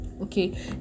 okay